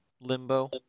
limbo